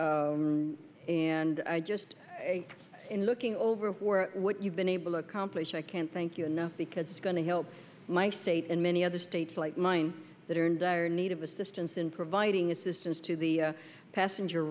and i just in looking over for what you've been able to accomplish i can't thank you enough because it's going to help my state and many other states like mine that are in dire need of assistance and providing assistance to the passenger